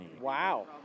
Wow